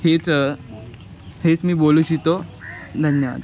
हेच हेच मी बोलू इच्छितो धन्यवाद